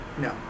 No